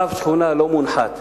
רב שכונה לא מונחת.